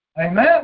Amen